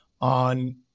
on